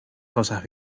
cosas